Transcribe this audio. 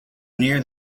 near